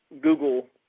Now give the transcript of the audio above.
Google